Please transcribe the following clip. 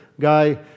guy